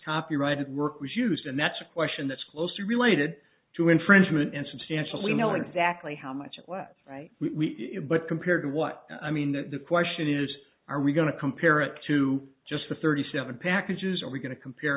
copyrighted work was used and that's a question that's closely related to infringement and substantial we know exactly how much it was right we but compared to what i mean the question is are we going to compare it to just the thirty seven packages are we going to compare